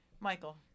Michael